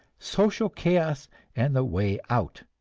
social chaos and the way out,